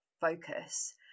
focus